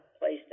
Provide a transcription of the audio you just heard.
place